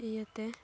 ᱤᱭᱟᱹᱛᱮ